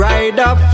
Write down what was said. Rider